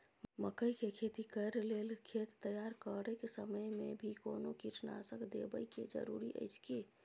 मकई के खेती कैर लेल खेत तैयार करैक समय मे भी कोनो कीटनासक देबै के जरूरी अछि की?